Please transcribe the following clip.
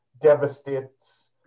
devastates